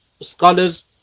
scholars